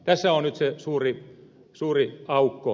tässä on nyt se suuri aukko